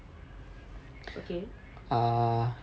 okay